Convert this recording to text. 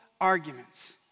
arguments